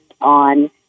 on